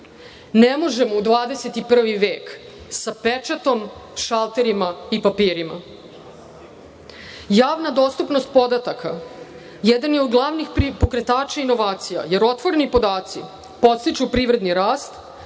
Ne možemo u 21. vek sa pečatom, šalterima i papirima. Javna dostupnost podataka jedan je od glavnih pokretača inovacija, jer otvoreni podaci podstiču privredni rast,